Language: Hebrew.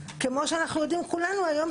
כמו שאנחנו יודעים כולנו היום,